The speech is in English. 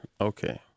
Okay